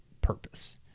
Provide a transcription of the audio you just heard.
purpose